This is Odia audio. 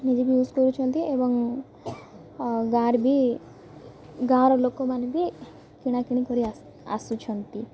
ନିଜେ ବି ୟୁଜ୍ କରୁଛନ୍ତି ଏବଂ ଗାଁରେ ବି ଗାଁର ଲୋକମାନେ ବି କିଣାକିଣି କରି ଆସୁଛନ୍ତି